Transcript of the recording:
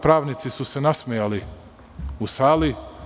Pravnici su se nasmejali u sali.